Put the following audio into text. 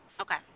Okay